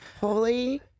holy